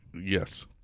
Yes